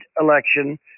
election